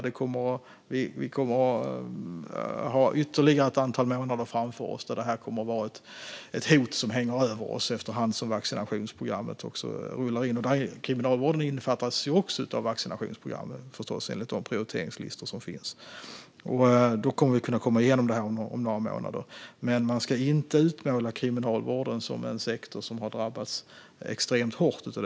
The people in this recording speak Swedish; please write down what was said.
Vi kommer att ha ytterligare ett antal månader framför oss då detta kommer att vara ett hot som hänger över oss medan vaccinationsprogrammet rullar in. Kriminalvården innefattas förstås också av vaccinationsprogrammet, enligt de prioriteringslistor som finns. Vi kommer att kunna komma igenom det här om några månader, men vi ska inte utmåla kriminalvården som en sektor som har drabbats extremt hårt av detta.